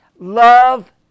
love